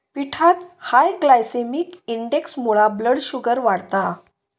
पिठात high glycemic इंडेक्समुळा blood sugar वाढता